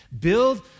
Build